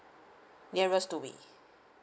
nearest to we